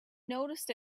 noticed